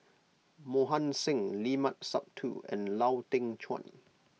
Mohan Singh Limat Sabtu and Lau Teng Chuan